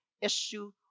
issue